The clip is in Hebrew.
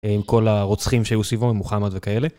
עם כל הרוצחים שהיו, סיבון, מוחמד וכאלה.